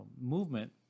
movement